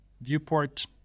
viewport